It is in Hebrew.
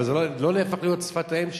אבל זה לא נהפך להיות שפת האם שלי.